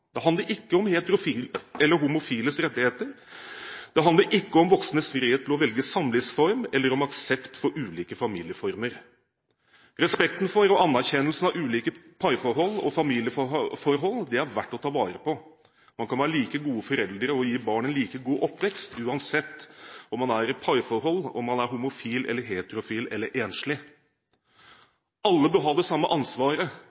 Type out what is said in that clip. Det handler ikke om heterofiles eller homofiles rettigheter. Det handler ikke om voksnes frihet til å velge samlivsform eller om aksept for ulike familieformer. Respekten for og anerkjennelsen av ulike parforhold og familieforhold er verdt å ta vare på. Man kan være en god forelder og gi barn en god oppvekst – uansett om man er i parforhold, om man er homofil, heterofil eller enslig. Alle bør ha det samme ansvaret